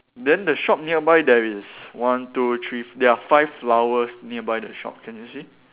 then the shop nearby there is one two three there are five flowers nearby the shop can you see